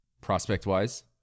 Prospect-wise